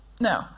No